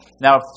Now